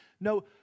No